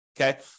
okay